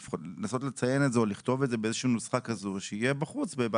לנסות לציין את זה או לכתוב את זה באיזושהי נוסחה שיהיה בחוץ?